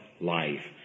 life